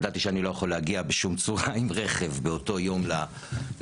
ידעתי שאני לא יכול להגיע בשום צורה ברכב באותו יום לעבודה.